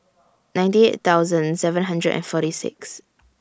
ninety eight thousand seven hundred and forty six